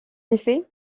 effet